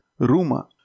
Ruma